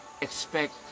expect